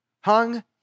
hung